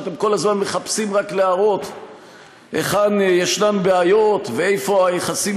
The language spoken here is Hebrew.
שאתם כל הזמן מחפשים רק להראות היכן יש בעיות ואיפה היחסים